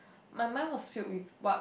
my mind was filled with what